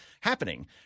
happening